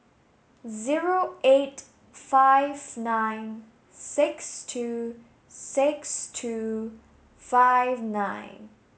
zero eight five nine six two six two five nine